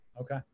okay